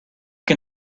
can